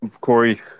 Corey